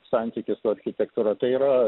santykį su architektūra tai yra